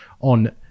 on